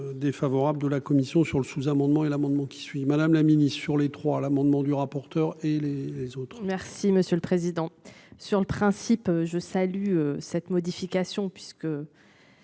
Défavorable de la commission sur le sous-amendement et l'amendement qui suit, Madame la Ministre sur les trois l'amendement du rapporteur et les les autres. Merci monsieur le président. Sur le principe je salue cette modification puisque.